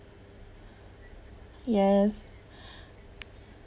yes